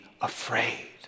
afraid